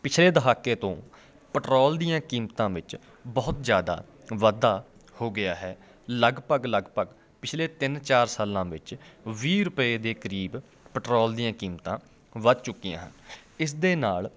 ਪਿਛਲੇ ਦਹਾਕੇ ਤੋਂ ਪਟਰੋਲ ਦੀਆਂ ਕੀਮਤਾਂ ਵਿੱਚ ਬਹੁਤ ਜ਼ਿਆਦਾ ਵਾਧਾ ਹੋ ਗਿਆ ਹੈ ਲਗਭਗ ਲਗਭਗ ਪਿਛਲੇ ਤਿੰਨ ਚਾਰ ਸਾਲਾਂ ਵਿੱਚ ਵੀਹ ਰੁਪਏ ਦੇ ਕਰੀਬ ਪਟਰੋਲ ਦੀਆਂ ਕੀਮਤਾਂ ਵੱਧ ਚੁੱਕੀਆਂ ਹਨ ਇਸ ਦੇ ਨਾਲ